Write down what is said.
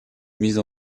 mise